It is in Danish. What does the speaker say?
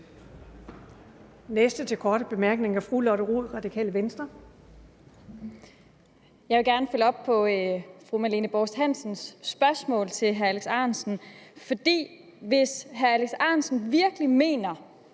næste for en kort bemærkning er fru Lotte Rod, Radikale Venstre. Kl. 14:35 Lotte Rod (RV): Jeg vil gerne følge op på fru Marlene Borst Hansens spørgsmål til hr. Alex Ahrendtsen. Hvis hr. Alex Ahrendtsen virkelig mener,